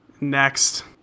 next